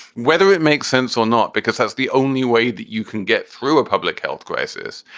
whether it makes sense or not, because that's the only way that you can get through a public health crisis.